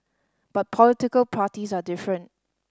but political parties are different